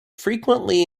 frequently